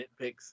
nitpicks